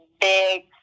big